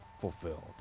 fulfilled